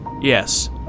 Yes